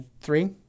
Three